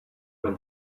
when